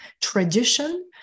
tradition